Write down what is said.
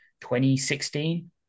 2016